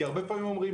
כי הרבה פעמים אומרים,